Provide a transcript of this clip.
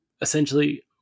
essentially